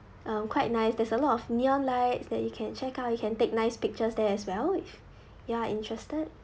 um quite nice there's a lot of neon lights that you can check out you can take nice pictures there as well if you are interested